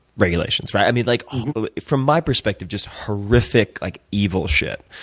regulations, right? i mean, like um from my perspective, just horrific, like evil shit.